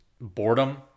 Boredom